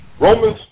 Romans